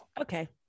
okay